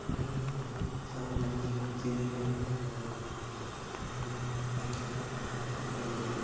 ഒരു മരമാണ് അവസാനം മനുഷ്യനെ ചിതയാകുക എന്നുള്ള കാര്യങ്ങൾ നാം പലയിടത്തും കേട്ടിട്ടുണ്ട് കണ്ടിട്ടും ഉണ്ട്